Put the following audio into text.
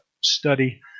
study